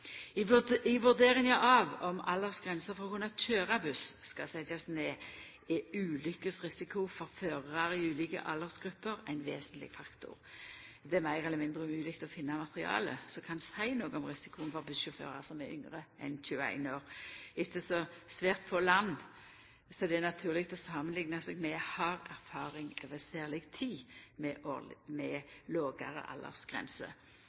I vurderinga av om aldersgrensa for å kunna køyra buss skal setjast ned, er ulykkesrisikoen for førarar i ulike aldersgrupper ein vesentleg faktor. Det er meir eller mindre umogleg å finna materiale som kan seia noko om risikoen for bussjåførar som er yngre enn 21 år, ettersom svært få land som det er naturleg å samanlikna seg med, har erfaring over særleg tid med